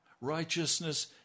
Righteousness